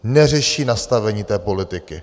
Neřeší nastavení té politiky.